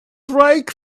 brake